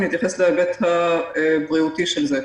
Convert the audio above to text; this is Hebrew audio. אתייחס להיבט הבריאותי של זה: